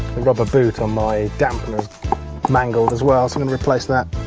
rubber boot on my dampener mangled, as well, so i'm gonna replace that.